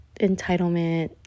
entitlement